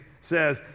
says